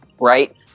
right